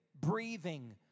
breathing